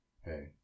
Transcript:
hey